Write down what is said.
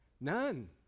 None